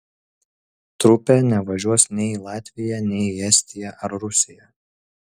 trupė nevažiuos nei į latviją nei į estiją ar rusiją